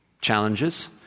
challenges